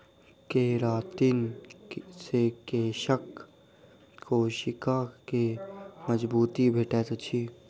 keratin से केशक कोशिका के मजबूती भेटैत अछि